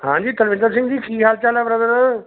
ਹਾਂਜੀ ਤਲਵਿੰਦਰ ਸਿੰਘ ਜੀ ਕੀ ਹਾਲ ਚਾਲ ਹੈ ਬਰਦਰ